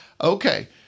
Okay